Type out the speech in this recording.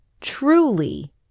truly